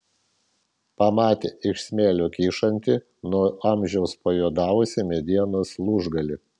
pamatė iš smėlio kyšantį nuo amžiaus pajuodavusį medienos lūžgalį